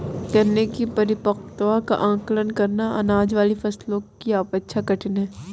गन्ने की परिपक्वता का आंकलन करना, अनाज वाली फसलों की अपेक्षा कठिन है